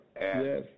yes